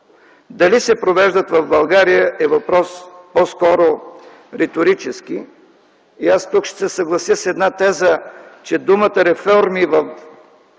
Дали се провеждат в България е въпрос по-скоро риторически и аз тук ще се съглася с една теза, че думата „реформи” през